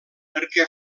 perquè